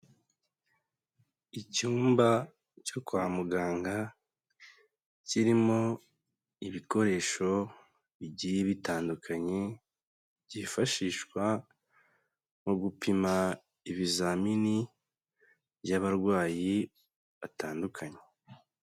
Icyumba cyo kwa muganga, kirimo ibikoresho bigiye bitandukanye, byifashishwa mu gupima ibizamini by'abarwayi batandukanye.